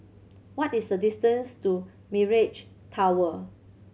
what is the distance to Mirage Tower